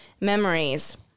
memories